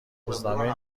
روزنامه